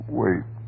wait